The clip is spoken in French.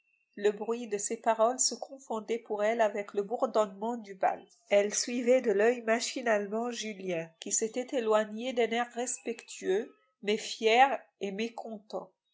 le bruit de ses paroles se confondait pour elle avec le bourdonnement du bal elle suivait de l'oeil machinalement julien qui s'était éloigné d'un air respectueux mais fier et mécontent